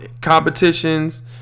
competitions